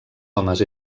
homes